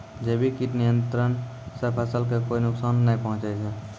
जैविक कीट नियंत्रण सॅ फसल कॅ कोय नुकसान नाय पहुँचै छै